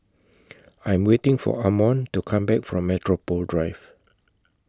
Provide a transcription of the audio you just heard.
I Am waiting For Ammon to Come Back from Metropole Drive